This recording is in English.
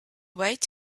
wait